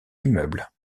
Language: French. immeuble